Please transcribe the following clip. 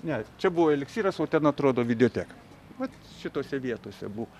ne čia buvo eliksyras o ten atrodo videoteka vat šitose vietose buvo